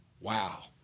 Wow